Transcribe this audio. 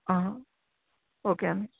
okay అండి